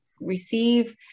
receive